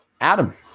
adam